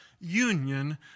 union